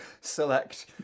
Select